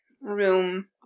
room